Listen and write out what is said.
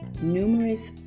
numerous